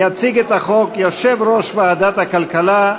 יציג את החוק יושב-ראש ועדת הכלכלה,